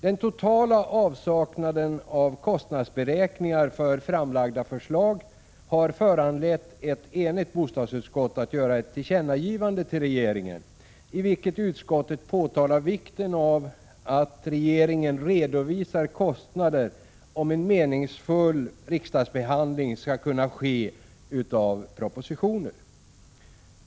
Den totala avsaknaden av kostnadsberäkningar för framlagda förslag har föranlett ett enigt bostadsutskott att göra ett tillkännagivande till regeringen, i vilket utskottet påtalar vikten av att regeringen redovisar kostnader, om en meningsfull riksdagsbehandling skall kunna ske av propositioner.